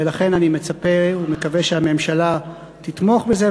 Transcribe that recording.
ולכן אני מצפה ומקווה שהממשלה תתמוך בזה,